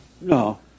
No